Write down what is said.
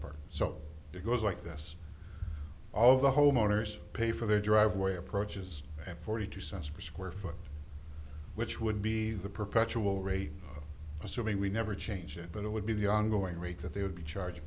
part so it goes like this all of the homeowners pay for their driveway approaches and forty two cents per square foot which would be the perpetual rate assuming we never change it but it would be the on going rate that they would be charge